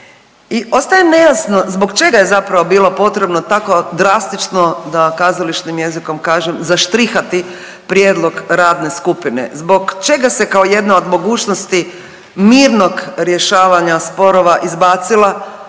ostaje nejasno zbog čega je zapravo bilo potrebno tako drastično, da kazališnim jezikom kažem, zaštrihati prijedlog radne skupine, zbog čega se kao jedna od mogućnosti mirnog rješavanja sporova izbacila